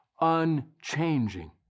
unchanging